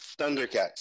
Thundercats